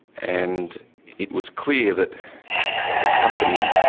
and it was clear that the company